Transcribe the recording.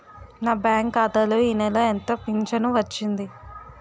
నా బ్యాంక్ ఖాతా లో ఈ నెల ఎంత ఫించను వచ్చింది?